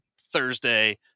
Thursday